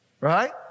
Right